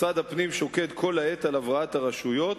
משרד הפנים שוקד כל העת על הבראת הרשויות,